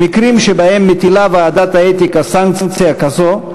במקרים שבהם מטילה ועדת האתיקה סנקציה כזו,